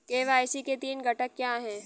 KYC के तीन घटक क्या हैं?